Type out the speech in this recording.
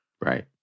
Right